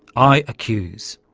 i accuse.